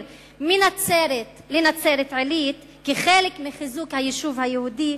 מנצרת לנצרת-עילית כחלק מחיזוק היישוב היהודי,